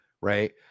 right